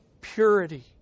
purity